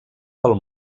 pel